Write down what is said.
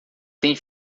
tem